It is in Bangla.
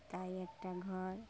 তাই একটা ঘর